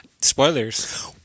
Spoilers